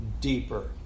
deeper